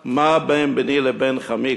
מה בין בני לבן חמי,